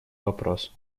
вопрос